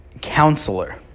counselor